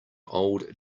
old